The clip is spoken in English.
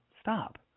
stop